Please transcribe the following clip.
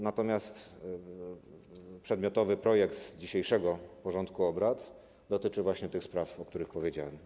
Natomiast przedmiotowy projekt z dzisiejszego porządku obrad dotyczy właśnie spraw, o których powiedziałem.